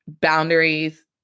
boundaries